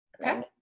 okay